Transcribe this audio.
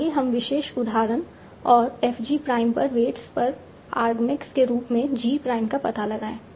आइए हम विशेष उदाहरण और f g प्राइम पर वेट्स पर अर्गमैक्स के रूप में g प्राइम का पता लगाएं